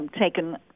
taken